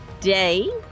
day